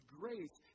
grace